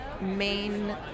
main